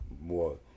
more